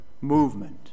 movement